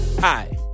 Hi